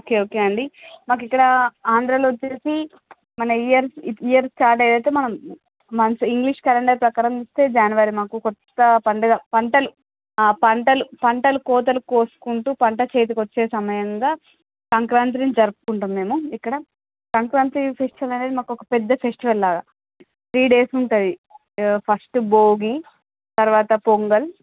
okay okay అండి మాకు ఇక్కడ ఆంధ్రాలో వచ్చేసి మన ఇయర్ ఇయర్ స్టార్ట్ అయ్యాక మనం మంత్ ఇంగ్లీష్ క్యాలెండర్ ప్రకారం వస్తే జాన్యువరీ మాకు కొత్త పండగ పంటలు ఆ పంటలు పంటలు కోతలు కోసుకుంటూ పంట చేతికి వచ్చే సమయంగా సంక్రాంతిని జరుపుకుంటాం మేము ఇక్కడ సంక్రాంతి ఫెస్టివల్ అనేది మాకు పెద్ద ఫెస్టివల్ లాగా త్రీ డేస్ ఉంటుంది ఫస్ట్ భోగి తర్వాత పొంగల్